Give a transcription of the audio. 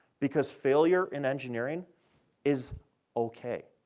because failure in engineering is ok.